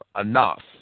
enough